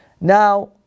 Now